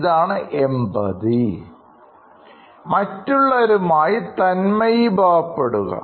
ഇതാണ് empathy മറ്റുള്ളവരുമായി തന്മയിഭാവം പ്പെടുക